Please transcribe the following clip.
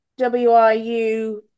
WIU